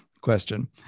question